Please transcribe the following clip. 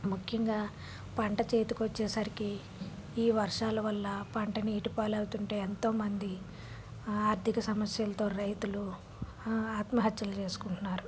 ముఖ్యంగా పంట చేతికి వచ్చేసరికి ఈ వర్షాల వల్ల పంట నీటి పాలు అవుతుంటే ఎంతోమంది ఆర్థిక సమస్యలతో రైతులు ఆత్మహత్యలు చేసుకుంటున్నారు